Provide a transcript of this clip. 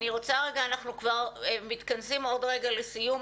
אנחנו כבר מתכנסים עוד רגע לסיום.